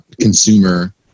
consumer